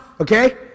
Okay